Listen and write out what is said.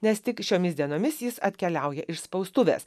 nes tik šiomis dienomis jis atkeliauja iš spaustuvės